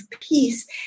peace